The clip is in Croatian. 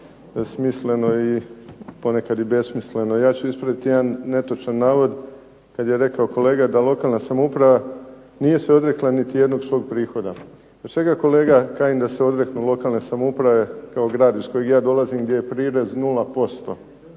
smisleno i ponekad i besmisleno. Ja ću ispraviti jedan netočan navod kad je rekao kolega da lokalna samouprava nije se odrekla niti jednog svog prihoda. Prije svega kolega Kajin da se odreknu lokalne samouprave kao grad iz kojeg ja dolazim gdje je prirez 0%